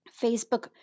Facebook